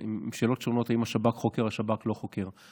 עם שאלות שונות אם השב"כ חוקר או השב"כ לא חוקר.